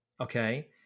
okay